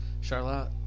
Charlotte